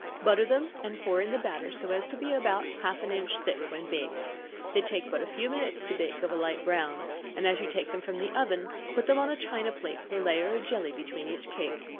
butter them, and pour in the batter so as to be about half an inch thick when baked they take but a few minutes to bake of a light-brown and as you take them from the oven, put them on a china plate, with a layer of jelly between each cake,